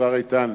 השר איתן,